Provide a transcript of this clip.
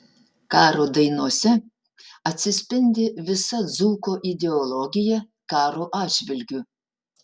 karo dainose atsispindi visa dzūko ideologija karo atžvilgiu